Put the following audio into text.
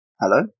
hello